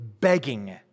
begging